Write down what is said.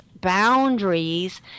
boundaries